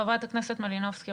חברת הכנסת מלינובסקי,